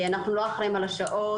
אנחנו לא אחראים על השעות,